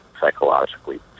psychologically